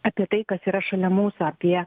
apie tai kas yra šalia mūsų apie